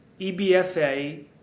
EBFA